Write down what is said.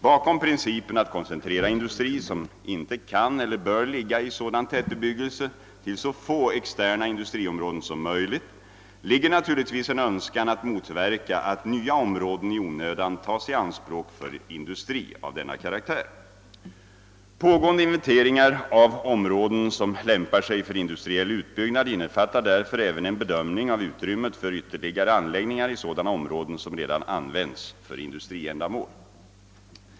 Bakom principen att koncentrera industri, som inte kan eller bör ligga i sådan tätbebyggelse, till så få externa industriområden som möjligt ligger naturligtvis en önskan att motverka att nya områden i onödan tas i anspråk för industri av denna karaktär. Pågående inventeringar av områden som lämpar sig för industriell utbyggnad innefattar därför även en bedömning av utrymmet för ytterligare anläggningar i sådana områden som redan används för industriändamål.